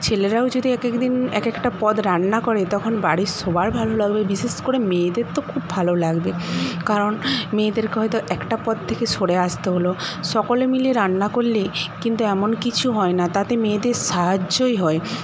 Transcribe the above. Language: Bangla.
ছেলেরাও যদি এক একদিন এক একটা পদ রান্না করে তখন বাড়ির সবার ভালো লাগবে বিশেষ করে মেয়েদের তো খুব ভালো লাগবে কারণ মেয়েদেরকে হয়তো একটা পদ থেকে সরে আসতে হল সকলে মিলে রান্না করলে কিন্তু এমন কিছু হয় না তাতে মেয়েদের সাহায্যই হয়